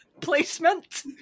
Placement